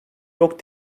yok